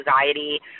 anxiety